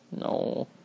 No